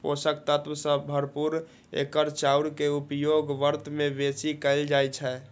पोषक तत्व सं भरपूर एकर चाउर के उपयोग व्रत मे बेसी कैल जाइ छै